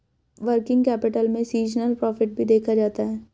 working capital में seasonal profit भी देखा जाता है